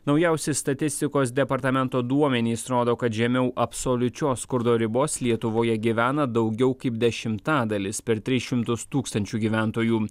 naujausi statistikos departamento duomenys rodo kad žemiau absoliučios skurdo ribos lietuvoje gyvena daugiau kaip dešimtadalis per tris šimtus tūkstančių gyventojų